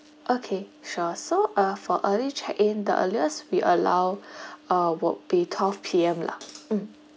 okay sure so uh for early check in the earliest we allow uh would be twelve P_M lah mm